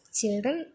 children